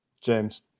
James